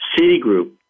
Citigroup